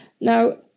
Now